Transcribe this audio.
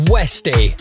Westy